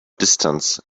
distance